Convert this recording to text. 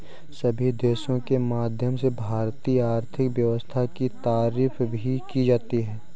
सभी देशों के माध्यम से भारतीय आर्थिक व्यवस्था की तारीफ भी की जाती है